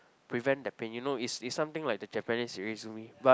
prevent the pain you know is is something like the Japanese izumi but